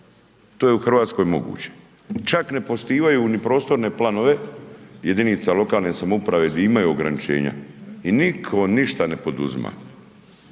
To je u RH moguće, čak ne poštivanju ni prostorne planove jedinica lokalne samouprave gdje imaju ograničenja i nitko ništa ne poduzima,